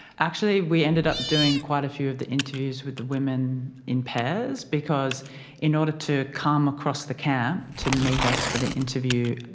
actually we ended up doing quite a few of the interviews with the women in pairs because in order to come across the camp to meet us for the interview,